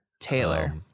Taylor